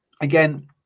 again